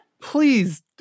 Please